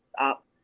up